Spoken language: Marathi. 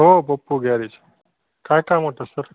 हो पप्पू गॅरेज काय काम होतं सर